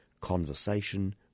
Conversation